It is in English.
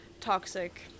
toxic